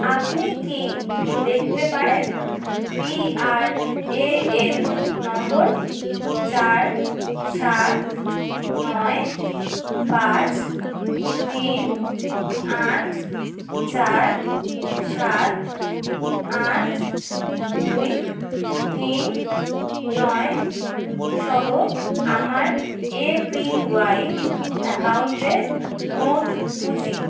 আপনি কি দেখতে পারেন পি আর এ এন নম্বর চার সাত নয় পাঁচ তিন আট চার সাত আট দুই তিন নয় সহ আমার এপিওয়াই অ্যাকাউন্টের মোট খুঁজি